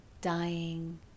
dying